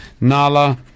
Nala